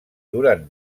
durant